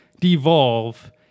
devolve